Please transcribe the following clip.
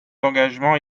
d’engagement